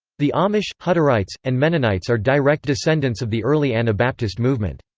the amish, hutterites, and mennonites are direct descendants of the early anabaptist movement.